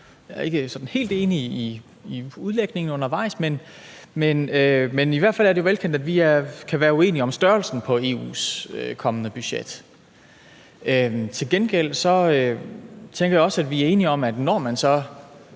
Jeg er ikke sådan helt enig i udlægningen undervejs, men i hvert fald er det jo velkendt, at vi kan være uenige om størrelsen på EU's kommende budget. Til gengæld tænker jeg, at vi enige om, at når man så